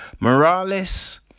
Morales